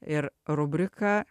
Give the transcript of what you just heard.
ir rubrika